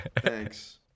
Thanks